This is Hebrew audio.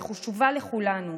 היא חשובה לכולנו,